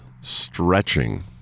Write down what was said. stretching